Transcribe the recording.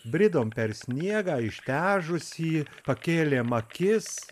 bridom per sniegą ištežusį pakėlėm akis